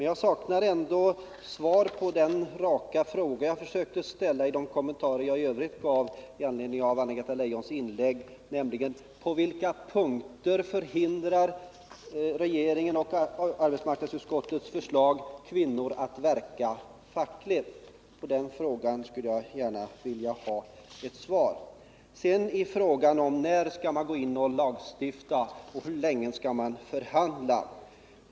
Jag saknar ändå svar på den raka fråga som jag försökte ställa i de kommentarer jag i övrigt gjorde med anledning av Anna-Greta Leijons inlägg, nämligen: På vilka punkter förhindrar regeringens och arbetsmarknadsutskottets förslag kvinnor att verka fackligt? På den frågan skulle jag gärna vilja ha ett svar. Hur länge skall man förhandla och när skall man lagstifta?